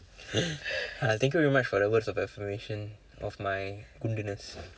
ah thank you very much for the words of affirmation of my குண்டு:kundu